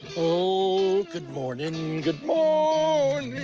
oh, good mornin', good mornin'